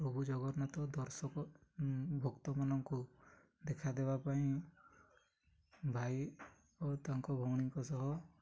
ପ୍ରଭୁ ଜଗନ୍ନାଥ ଦର୍ଶକ ଭକ୍ତମାନଙ୍କୁ ଦେଖାଦେବା ପାଇଁ ଭାଇ ଓ ତାଙ୍କ ଭଉଣୀଙ୍କ ସହ